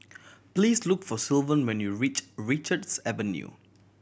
please look for Sylvan when you reach Richards Avenue